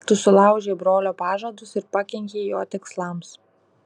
tu sulaužei brolio pažadus ir pakenkei jo tikslams